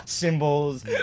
Symbols